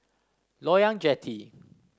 Loyang Jetty